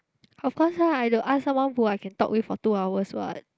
of course lah I have to ask someone who I can talk with for two hours [what]